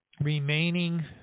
remaining